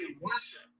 worship